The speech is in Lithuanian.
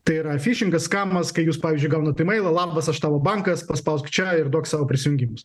tai yra fišingas kamas kai jūs pavyzdžiui gaunat imeilą labas aš tavo bankas paspausk čia ir duok savo prisijungimus